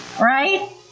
right